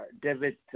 David